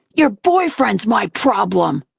your boyfriend's my problem!